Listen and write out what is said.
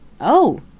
Oh